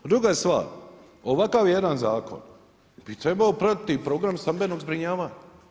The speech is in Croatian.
Druga stvar, ovakav jedan zakon bi trebao praviti i program stambenog zbrinjavanja.